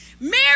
Mary